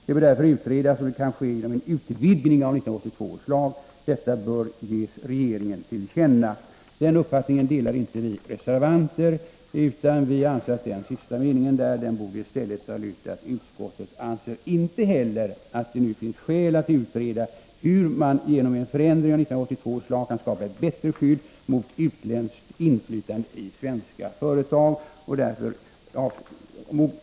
Det bör därför utredas om det kan ske genom en utvidgning av 1982 års lag. Detta bör ges regeringen till känna.” Vi reservanter delar inte denna uppfattning, vi anser att dessa meningar bör bytas ut mot: ”Utskottet anser inte heller det nu finnas skäl att utreda hur man genom en förändring av 1982 års lag kan skapa ett bättre skydd mot utländskt inflytande i svenska företag.